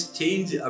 change